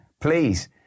please